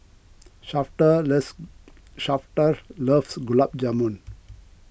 Shafter loves Shafter loves Gulab Jamun